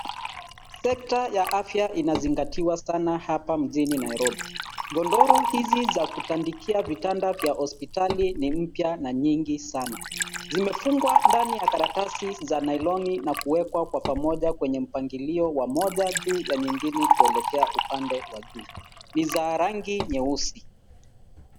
Sekta ya afya inazingatiwa sana hapa mjini Nairobi. Godoro hizi za kutandikia vitanda vya hospitali ni mpya na nyingi sana. Zimefungwa ndani ya karatasi za nyloni na kuwekwa kwa pamoja kwenye mpangilio wa moja juu ya nyingine kuelekea upande wa juu. Ni za rangi nyeusi.